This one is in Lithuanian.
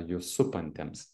jus supantiems